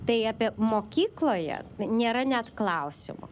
tai apie mokykloje nėra net klausimo